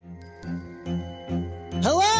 Hello